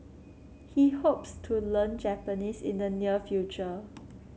he hopes to learn Japanese in the near future